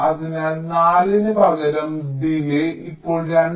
അതിനാൽ 4 ന് പകരം ഡിലേയ്യ് ഇപ്പോൾ 2